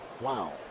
Wow